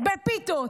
בפיתות,